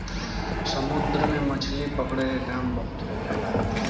समुन्द्र में मछली पकड़े के काम बहुत होखेला